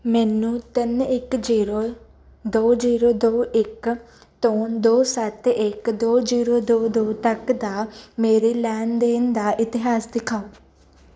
ਮੈਨੂੰ ਤਿੰਨ ਇੱਕ ਜੀਰੋ ਦੋ ਜੀਰੋ ਦੋ ਇੱਕ ਤੋਂ ਦੋ ਸੱਤ ਇੱਕ ਦੋ ਜੀਰੋ ਦੋ ਦੋ ਤੱਕ ਦਾ ਮੇਰੇ ਲੈਣ ਦੇਣ ਦਾ ਇਤਿਹਾਸ ਦਿਖਾਓ